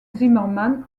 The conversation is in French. zimmermann